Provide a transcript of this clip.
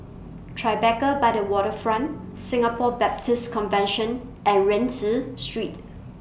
Tribeca By The Waterfront Singapore Baptist Convention and Rienzi Street